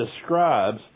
describes